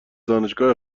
دانشگاه